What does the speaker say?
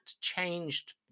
changed